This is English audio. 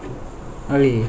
really